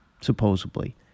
supposedly